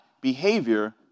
behavior